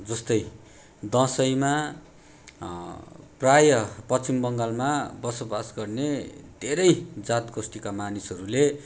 जस्तै दसैँमा प्रायः पश्चिम बङ्गालमा बसोबास गर्ने धेरै जात गोष्ठीका मानिसहरूले